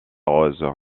rose